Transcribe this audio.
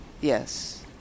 Yes